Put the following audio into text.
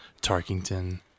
Tarkington